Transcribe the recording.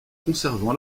conservant